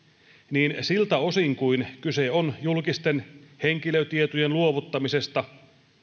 niin siltä osin kuin kyse on julkisten henkilötietojen luovuttamisesta